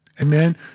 Amen